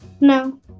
No